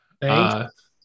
Thanks